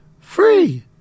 free